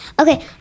Okay